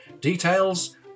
Details